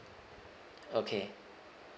okay